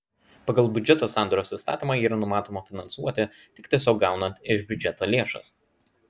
pagal biudžeto sandaros įstatymą yra numatoma finansuoti tik tiesiog gaunant iš biudžeto lėšas